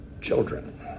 children